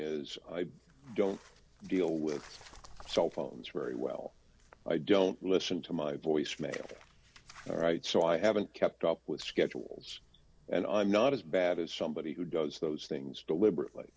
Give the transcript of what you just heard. is i don't deal with cell phones very well i don't listen to my voicemail all right so i haven't kept up with schedules and i'm not as bad as somebody who does those things deliberately